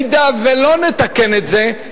במידה שלא נתקן את זה,